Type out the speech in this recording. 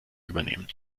übernehmen